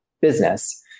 business